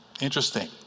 Interesting